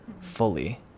fully